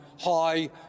high